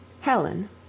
Helen